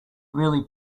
really